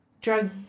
drug